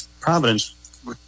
Providence